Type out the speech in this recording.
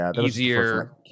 easier